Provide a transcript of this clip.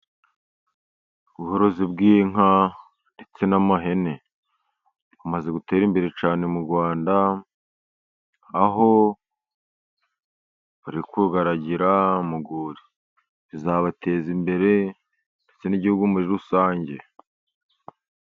Ubworozi bw'inka ndetse n'ihene bumaze gutera imbere cyane mu Rwanda. Aho bari kuyaragira mu rwuri. Bizabateza imbere ndetse n'igihugu muri rusange.